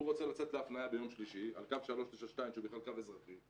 הוא רוצה להפנייה ביום שלישי על קו 392 שהוא בכלל קו אזרחי,